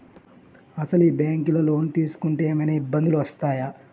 అసలు ఈ బ్యాంక్లో లోన్ తీసుకుంటే ఏమయినా ఇబ్బందులు వస్తాయా?